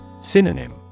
Synonym